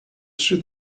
she